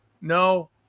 No